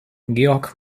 georg